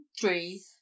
three